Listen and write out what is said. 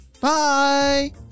Bye